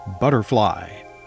Butterfly